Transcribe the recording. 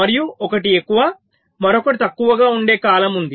మరియు ఒకటి ఎక్కువ మరొకటి తక్కువగా ఉండే కాలం ఉంది